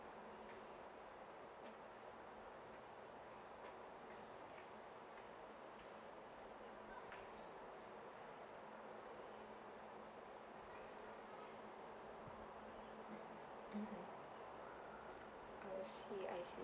mmhmm I will see I see